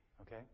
Okay